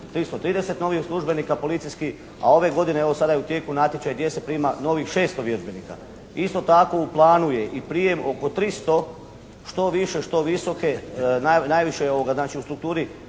330 novih službenika policijskih, a ove godine evo, sada je u tijeku natječaj gdje se prima novih 600 vježbenika. Isto tako u planu je i prijem oko 300 što više, što visoke najviše znači u strukturi